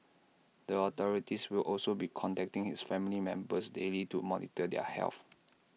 the authorities will also be contacting his family members daily to monitor their health